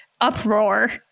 uproar